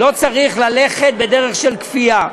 לא צריך ללכת בדרך של כפייה.